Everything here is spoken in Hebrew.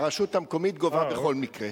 הרשות המקומית גובה בכל מקרה,